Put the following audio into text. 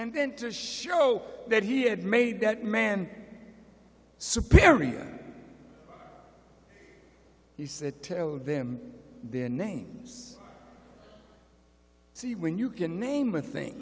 and then to show that he had made that man superior he said tell them their names so when you can name a thing